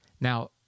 Now